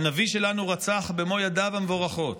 "הנביא שלנו רצח במו ידיו המבורכות.